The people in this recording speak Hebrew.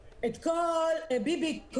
ביבי,